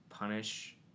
Punish